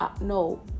No